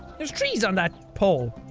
there's trees on that pole!